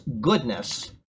goodness